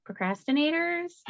procrastinators